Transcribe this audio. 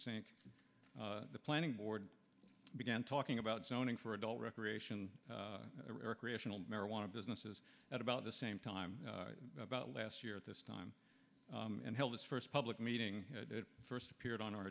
sync with the planning board began talking about zoning for adult recreation recreational marijuana businesses at about the same time last year at this time and held its first public meeting it first appeared on our